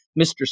Mr